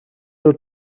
her